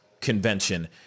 convention